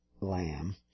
lamb